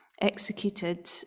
executed